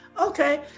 okay